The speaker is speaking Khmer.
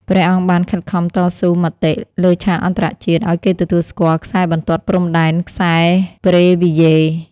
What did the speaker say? ព្រះអង្គបានខិតខំតស៊ូមតិលើឆាកអន្តរជាតិឱ្យគេទទួលស្គាល់ខ្សែបន្ទាត់ព្រំដែន "ខ្សែប៊្រេវីយ៉េ"។